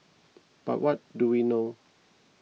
but what do we know